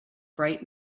bright